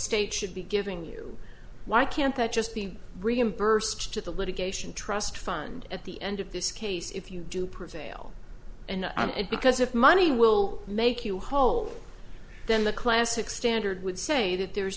state should be giving you why can't that just be reimbursed to the litigation trust fund at the end of this case if you do prevail and and because of money will make you whole then the classic standard would say that there is